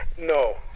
No